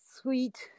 sweet